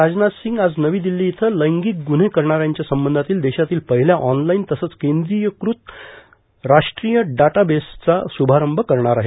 राजनाथ सिंग आज नवी दिल्ली इथं लैंगिक ग्रुव्हे करणाऱ्यांच्या संबंधातील देशातील पहिल्या ऑनलाईन तसंच केंद्रीयकृत राष्ट्रीय डाटाबेसचा शुभारंभ करणार आहेत